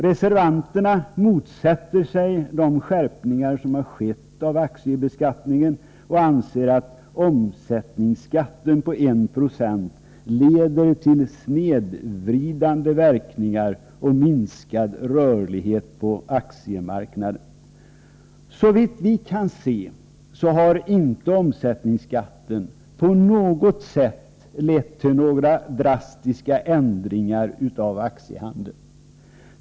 Reservanterna motsätter sig de skärpningar av aktiebeskattningen som har skett och anser att omsättningsskatten på 1 26 leder till snedvridande verkningar och minskad rörlighet på aktiemarknaden. Såvitt vi kan se har omsättningsskatten inte på något sätt lett till några drastiska ändringar i aktiehandeln.